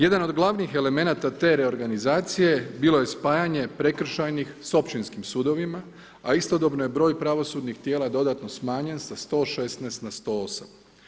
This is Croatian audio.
Jedan od glavnih elemenata te reorganizacije bilo je spajanje prekršajnih s općinskim sudovima, a istodobno je broj pravosudnih tijela dodatno smanjen sa 116 na 108.